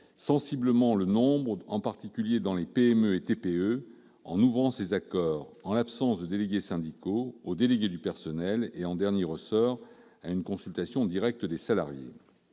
sensiblement le nombre, en particulier dans les PME et TPE, grâce à l'ouverture de ces accords, en l'absence de délégués syndicaux, aux délégués du personnel et en autorisant, en dernier ressort, une consultation directe des salariés.